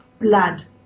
blood